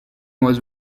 was